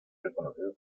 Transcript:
reconocido